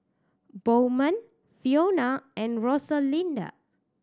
Bowman Fiona and Rosalinda